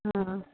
हां